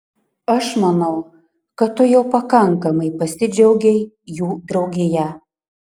aš manau kad tu jau pakankamai pasidžiaugei jų draugija